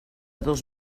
dos